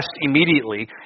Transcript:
immediately